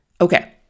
Okay